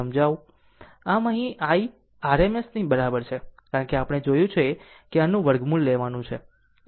આમ અહીં i RMS નીબરાબર છે કારણ કે આપણે જોયું છે કે આનું વર્ગમૂળ લેવાનું છે